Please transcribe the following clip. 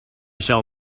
shall